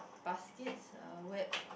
baskets are wet